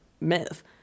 myth